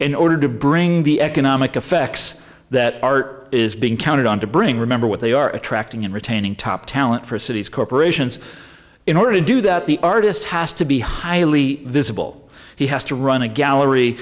in order to bring the economic effects that art is being counted on to bring remember what they are attracting and retaining top talent for cities corporations in order to do that the artist has to be highly visible he has to run a gallery